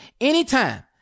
anytime